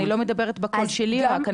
אני לא מדברת בקול שלי רק,